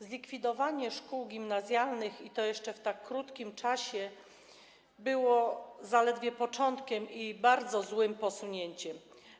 Zlikwidowanie szkół gimnazjalnych, i to jeszcze w tak krótkim czasie, było zaledwie początkiem, i to bardzo złym posunięciem.